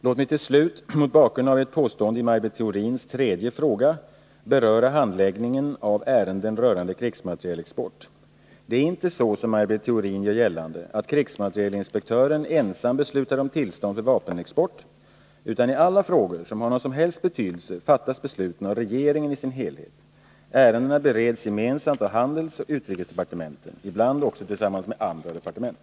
Låt mig till slut mot bakgrund av ett påstående i Maj Britt Theorins tredje fråga beröra handläggningen av ärenden rörande krigsmaterielexport. Det är inte, som Maj Britt Theorin gör gällande, så att krigsmaterielinspektören ensam beslutar om tillstånd för vapenexport, utan i alla frågor av någon som helst betydelse fattas besluten av regeringen i dess helhet. Ärendena bereds gemensamt av handelsoch utrikesdepartementen, ibland också tillsammans med andra departement.